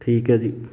ਠੀਕ ਹੈ ਜੀ